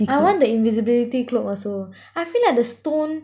I want the invisibility cloak also I feel like the stone